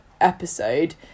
episode